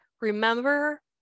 Remember